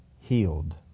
healed